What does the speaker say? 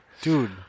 Dude